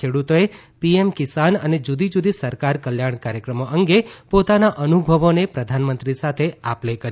ખેડૂતોએ પીએમ કિસાન અને જુદીજુદી સરકારી કલ્યાણ કાર્યક્રમો અંગે પોતાના અનુભવોને પ્રધાનમંત્રી સાથે આપ લે કરી